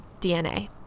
DNA